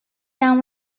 down